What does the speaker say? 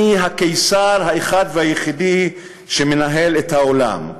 אני הקיסר האחד והיחידי שמנהל את העולם.